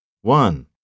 One